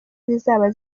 zizaba